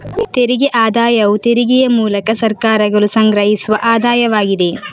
ತೆರಿಗೆ ಆದಾಯವು ತೆರಿಗೆಯ ಮೂಲಕ ಸರ್ಕಾರಗಳು ಸಂಗ್ರಹಿಸುವ ಆದಾಯವಾಗಿದೆ